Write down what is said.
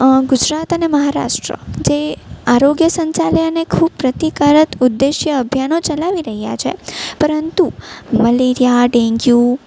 ગુજરાત અને મહારાષ્ટ્ર જે આરોગ્ય સંચાલય અને ખૂબ પ્રતિકારક ઉદ્દેશ્ય અભિયાનો ચલાવી રહ્યા છે પરંતુ મલેરિયા ડેન્ગ્યુ